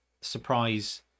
Surprise